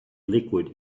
liquid